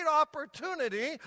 opportunity